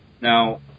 Now